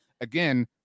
again